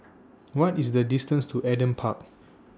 What IS The distance to Adam Park